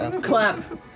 Clap